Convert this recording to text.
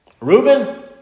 Reuben